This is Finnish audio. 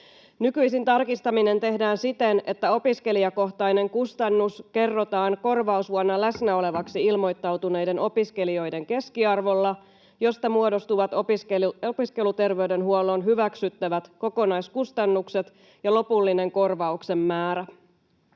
Nykyisin tarkistaminen tehdään siten, että opiskelijakohtainen kustannus kerrotaan korvausvuonna läsnä olevaksi ilmoittautuneiden opiskelijoiden keskiarvolla, josta muodostuvat opiskeluterveydenhuollon hyväksyttävät kokonaiskustannukset ja lopullinen korvauksen määrä.